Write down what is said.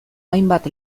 hainbat